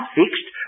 fixed